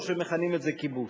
או שמכנים את זה "כיבוש".